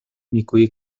نیکویی